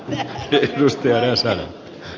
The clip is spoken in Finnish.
ryhmittyessään